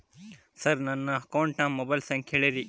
sir ನನ್ನ ಅಕೌಂಟಿನ mobile ಸಂಖ್ಯೆ ಹೇಳಿರಿ